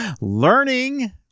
Learning